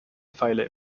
pfeile